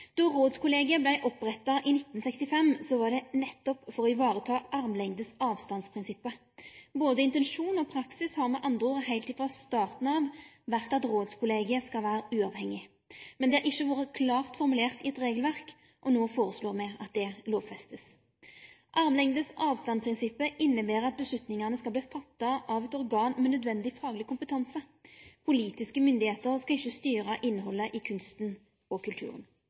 Då rådskollegiet vart oppretta i 1965, var det nettopp for å vareta armlengdes-avstand-prinsippet. Både intensjon og praksis har med andre ord heilt frå starten av vore at rådskollegiet skal vere uavhengig, men det har ikkje vore klart formulert i eit regelverk. No føreslår me at det vert lovfesta. Armlengdes-avstand-prinsippet inneber at avgjerslene skal verte tekne av eit organ med nødvendig fagleg kompetanse. Politiske myndigheiter skal ikkje styre innhaldet i kunsten og kulturen,